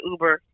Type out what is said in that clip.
Uber